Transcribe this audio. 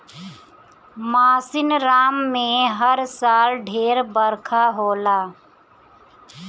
मासिनराम में हर साल ढेर बरखा होला